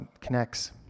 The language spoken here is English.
connects